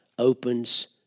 Opens